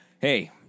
hey